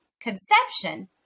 conception